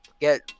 get